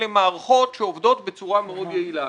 אלה מערכות שעובדות בצורה מאוד יעילה.